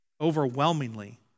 overwhelmingly